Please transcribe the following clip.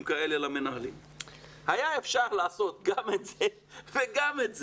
כאלה היה אפשר לעשות גם את זה וגם את זה.